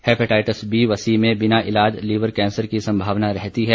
hepatitis B व C में बिना इलाज लीवर कैंसर की संभावना रहती है